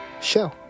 show